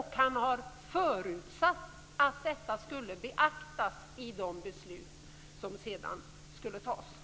Han har förutsatt att detta skulle beaktas i de beslut som sedan skulle fattas.